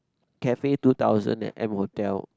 cafe two thousand at M-Hotel